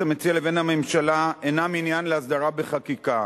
המציע לבין הממשלה אינן עניין להסדרה בחקיקה.